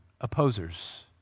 opposers